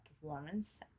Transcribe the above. performance